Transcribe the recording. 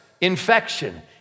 infection